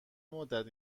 مدت